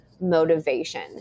motivation